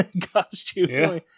costume